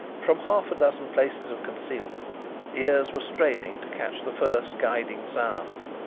from half-a-dozen places of concealment ears were straining to catch the first guiding sound.